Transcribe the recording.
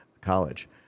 college